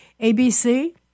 ABC